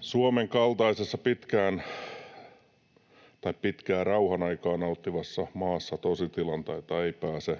Suomen kaltaisessa pitkää rauhan aikaa nauttivassa maassa tositilanteita ei pääse,